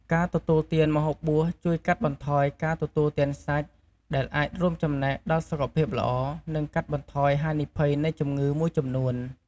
ការទទួលទានម្ហូបបួសជួយកាត់បន្ថយការទទួលទានសាច់ ដែលអាចរួមចំណែកដល់សុខភាពល្អ និងកាត់បន្ថយហានិភ័យនៃជំងឺមួយចំនួន។